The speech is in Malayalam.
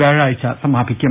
വ്യാഴാഴ്ച സമാപിക്കും